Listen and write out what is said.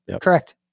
correct